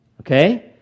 Okay